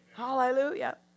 Hallelujah